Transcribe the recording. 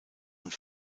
und